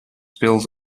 built